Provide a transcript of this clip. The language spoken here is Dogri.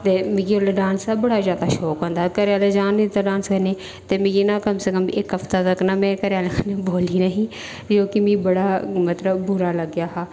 ते मिगी ओल्लै डांस करने दा बड़ा शौक हा पर घरै आह्लें जान निं दित्ता ते मिगी ना इक्क हफ्ते आस्तै में घरै आह्लें कन्नै बोल्ली गै नेईं जो कि मिगी बड़ा बुरा लग्गेआ हा